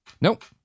Nope